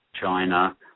China